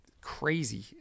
crazy